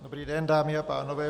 Dobrý den, dámy a pánové.